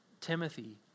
Timothy